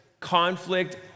Conflict